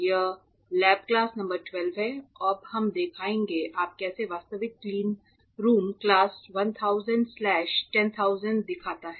यह lab class number 12 है अब हम दिखाएंगे आप कैसे वास्तविक क्लीनरूम क्लास 1000 स्लैश 10000 दिखता है